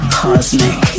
cosmic